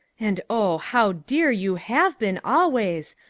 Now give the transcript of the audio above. and oh! how dear you have been always.